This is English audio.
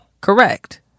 correct